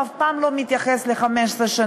התכנון אף פעם לא מתייחס ל-15 שנה,